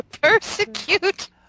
persecute